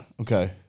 Okay